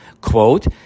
quote